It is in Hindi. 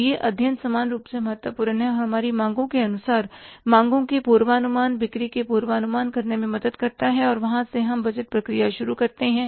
तो ये अध्ययन समान रूप से महत्वपूर्ण हैं और हमारी मांगों के अनुमान मांगों के पूर्वानुमान बिक्री के पूर्वानुमान करने में मदद करते हैं और वहां से हम बजट प्रक्रिया शुरू करते हैं